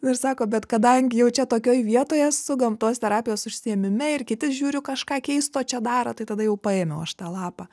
ir sako bet kadangi jau čia tokioj vietoj esu gamtos terapijos užsiėmime ir kiti žiūriu kažką keisto čia daro tai tada jau paėmiau aš tą lapą